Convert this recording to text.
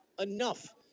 enough